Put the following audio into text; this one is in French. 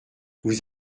vous